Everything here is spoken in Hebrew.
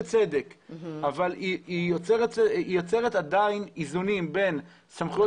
הוולונטריות יוצרת איזונים בין סמכויות